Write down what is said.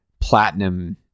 platinum